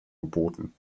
geboten